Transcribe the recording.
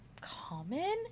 common